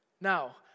Now